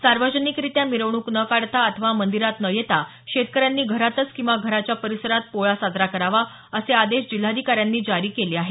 सार्वजनिकरित्या मिरवणूक न काढता अथवा मंदिरात न येता शेतकऱ्यांनी घरातच किंवा घराच्या परिसरात पोळा साजरा करावा असे आदेश जिल्हाधिकाऱ्यांनी जारी केले आहेत